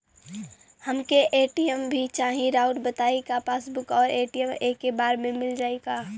हमके ए.टी.एम भी चाही राउर बताई का पासबुक और ए.टी.एम एके बार में मील जाई का?